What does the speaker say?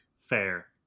Fair